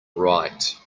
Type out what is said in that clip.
right